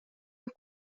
have